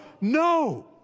no